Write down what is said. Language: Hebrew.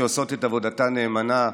שעושות את עבודתן נאמנה.